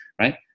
right